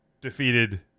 defeated